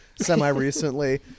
semi-recently